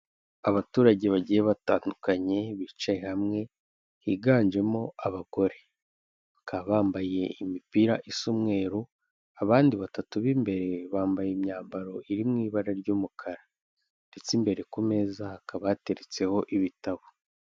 Abaturage bagiye batandukanye bicaye hamwe higanjemo abagore, bakaba bambaye imipira isa umweru, abandi batatu b'imbere bambaye imyambaro iri mu ibara ry'umukara, ndetse imbere ku meza hakaba bateretseho ibitabo.